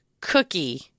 cookie